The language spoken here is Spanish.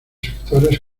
sectores